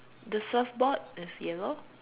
the surfboard is yellow